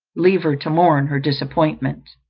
leave her to mourn her disappointment.